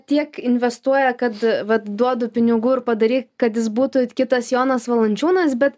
tiek investuoja kad vat duodu pinigų ir padaryk kad jis būtų kitas jonas valančiūnas bet